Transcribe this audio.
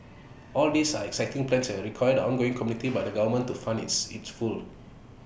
all these are exciting plans and IT require the ongoing commitment by the government to fund this IT full